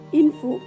info